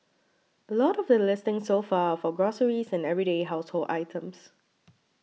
a lot of the listings so far are for groceries and everyday household items